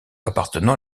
appartenant